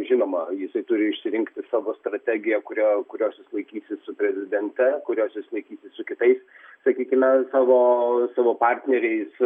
žinoma jisai turi išsirinkti savo strategiją kurią kurios jis laikysis su prezidente kurios jis laikysis su kitais sakykime savo savo partneriais